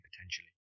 potentially